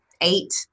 eight